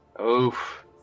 Oof